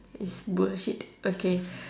is bullshit okay